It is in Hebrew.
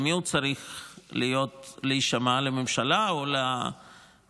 למי הוא צריך להישמע, לממשלה או לחוק?